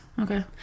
okay